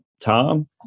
Tom